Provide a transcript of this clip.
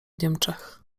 niemczech